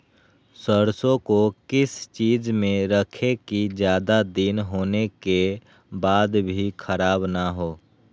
सरसो को किस चीज में रखे की ज्यादा दिन होने के बाद भी ख़राब ना हो?